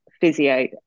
physio